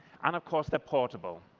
and, of course, they're portable.